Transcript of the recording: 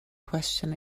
question